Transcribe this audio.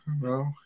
No